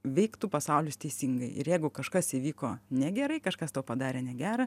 veiktų pasaulis teisingai ir jeigu kažkas įvyko negerai kažkas tau padarė negera